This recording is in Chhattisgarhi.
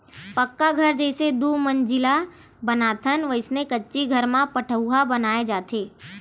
पक्का घर जइसे दू मजिला बनाथन वइसने कच्ची घर म पठउहाँ बनाय जाथे